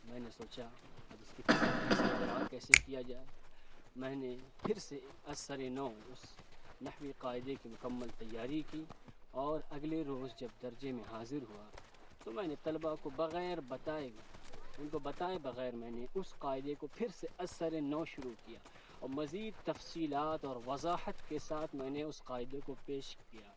میں نے سوچا اب اس کی تلافی اس کا ادراک کیسے کیا جائے میں نے پھر سے از سر نو اس نحوی قاعدے کی مکمل تیاری کی اور اگلے روز جب درجے میں حاضر ہوا تو میں نے طلبا کو بغیر بتائے ان کو بتائے بغیر میں نے اس قاعدے کو پھر سے از سر نو شروع کیا اور مزید تفصیلات اور وضاحت کے ساتھ میں نے اس قاعدے کو پیش کیا